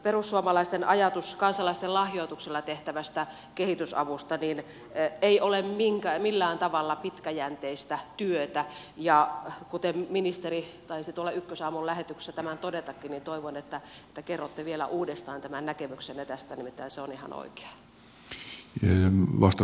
perussuomalaisten ajatus kansalaisten lahjoituksella tehtävästä kehitysavusta ei ole millään tavalla pitkäjänteistä työtä ja kun ministeri taisi ykkösaamun lähetyksessä tämän todetakin niin toivon että kerrotte vielä uudestaan näkemyksenne tästä nimittäin se on ihan oikea